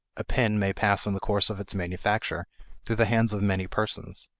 a pin may pass in the course of its manufacture through the hands of many persons.